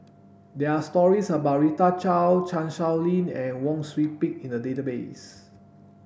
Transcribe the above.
there are stories about Rita Chao Chan Sow Lin and Wang Sui Pick in the database